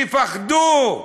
תפחדו,